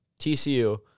TCU